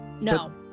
No